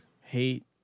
hate